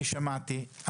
אני שמעתי.